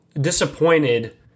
disappointed